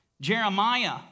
Jeremiah